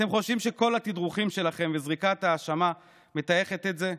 אתם חושבים שכל התדרוכים שלכם וזריקת האשמה מטייחים את זה?